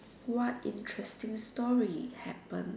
what interesting story happened